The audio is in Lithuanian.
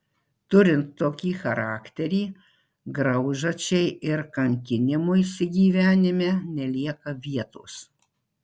turint tokį charakterį graužačiai ir kankinimuisi gyvenime nelieka vietos